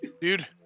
dude